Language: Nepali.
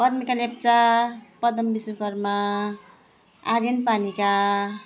पर्निका लेप्चा पदम विश्वकर्म आर्यन पानिका